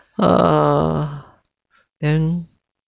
err then